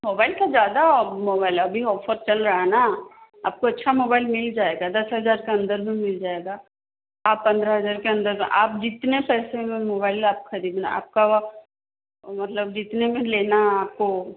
mobile का ज़्यादा अब मोबाइल अभी ऑफ़र चल रहा न आपको अच्छा मोबाइल मिल जाएगा दस हज़ार के अंदर भी मिल जाएगा आप पंद्रह हजार के अंदर में आप जितने पैसे में मोबाइल आप खरीदना आपका वह मतलब जितने में लेना आपको